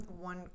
one